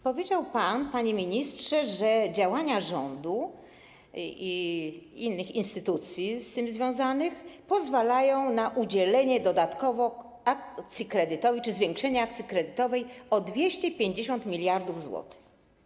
Powiedział pan, panie ministrze, że działania rządu i innych instytucji z tym związanych pozwalają na udzielenie dodatkowo akcji kredytowych czy zwiększenie akcji kredytowej o 250 mld zł.